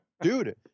Dude